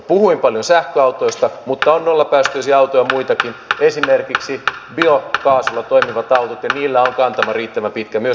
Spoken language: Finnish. puhuin paljon sähköautoista mutta on nollapäästöisiä autoja muitakin esimerkiksi biokaasulla toimivat autot ja niillä on kantama riittävän pitkä myös maaseudulle